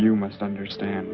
you must understand